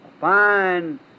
fine